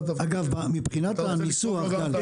אגב מבחינת הניסוח זה